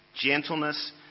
gentleness